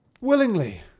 Willingly